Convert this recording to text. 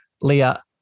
Leah